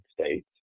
States